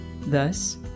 Thus